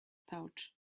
pouch